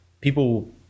people